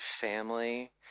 family